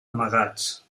amagats